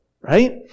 right